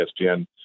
ESPN